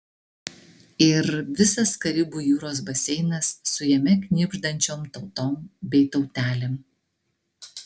ir visas karibų jūros baseinas su jame knibždančiom tautom bei tautelėm